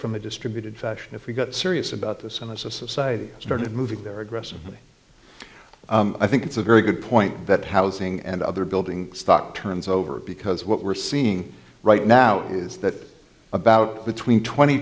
from a distributed fashion if we got serious about this and as a society started moving there aggressively i think it's a very good point that housing and other building stock turns over because what we're seeing right now is that about between twenty